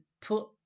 put